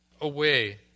away